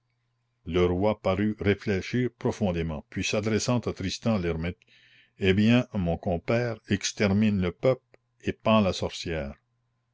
le roi parut réfléchir profondément puis s'adressant à tristan l'hermite eh bien mon compère extermine le peuple et pends la sorcière